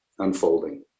unfolding